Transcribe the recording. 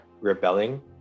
rebelling